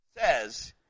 says